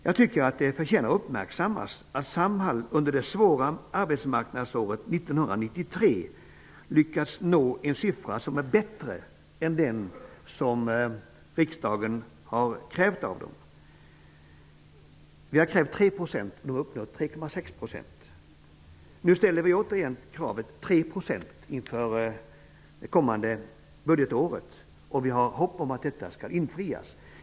Jag tycker att det förtjänar uppmärksammas att Samhall under det svåra arbetsmarknadsåret 1993 lyckades nå en siffra som är bättre än den som riksdagen krävde. Riksdagen krävde 3 %, och Samhall har uppnått 3,6 %. Nu ställer vi återigen ett krav på 3 % inför det kommande budgetåret. Vi har hopp om att det skall infrias.